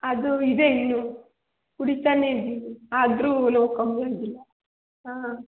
ಅದು ಇದೆ ಇನ್ನೂ ಕುಡೀತಾನೆ ಇದ್ದೀನಿ ಆದರೂ ನೋವು ಕಮ್ಮಿ ಆಗಿಲ್ಲ ಹಾಂ